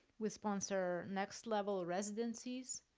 we sponsor next level residencies.